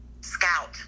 Scout